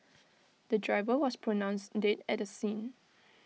the driver was pronounced dead at the scene